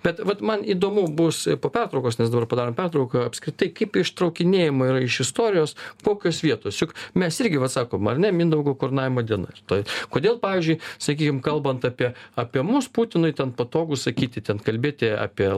bet vat man įdomu bus po pertraukos nes dar padarom pertrauką apskritai kaip ištraukinėjima yra iš istorijos kokios vietos juk mes irgi vat sakom ar ne mindaugo karūnavimo diena rytoj kodėl pavyzdžiui sakykim kalbant apie apie mus putinui ten patogu sakyti ten kalbėti apie